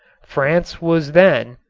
france was then,